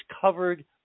covered